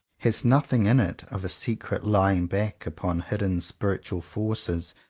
has nothing in it of a secret lying back upon hidden spiritual forces,